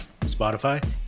Spotify